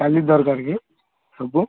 କାଲି ଦରକାର କି ସବୁ